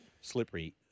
slippery